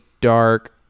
dark